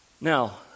Now